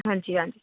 ਹਾਂਜੀ ਹਾਂਜੀ